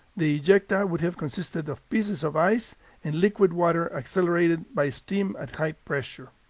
the ejecta would have consisted of pieces of ice and liquid water accelerated by steam at high pressure.